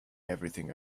everything